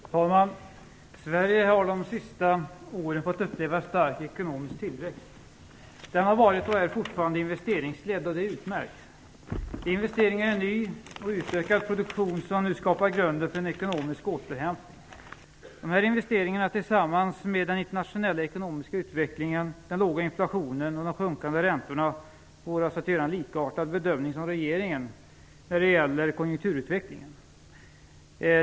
Fru talman! Sverige har under de senaste åren fått uppleva stark ekonomisk tillväxt. Den har varit och är fortfarande investeringsledd. Det är utmärkt. Det är investeringar i ny och utökad produktion som nu skapar grunden för en ekonomisk återhämtning. Dessa investeringar tillsammans med den internationella ekonomiska utvecklingen, den låga inflationen och de sjunkande räntorna får oss att göra en bedömning som liknar regeringens när det gäller konjunkturutvecklingen.